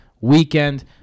Weekend